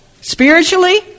Spiritually